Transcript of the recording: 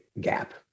gap